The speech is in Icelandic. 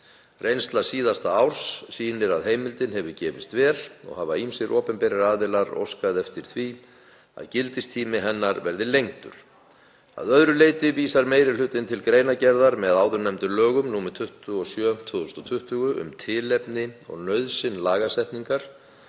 Reynsla síðasta árs sýnir að heimildin hefur gefist vel og hafa ýmsir opinberir aðilar óskað eftir því að gildistími hennar verði lengdur. Að öðru leyti vísar meiri hlutinn til greinargerðar með áðurnefndum lögum, nr. 27/2020, um tilefni og nauðsyn lagasetningar